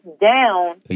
down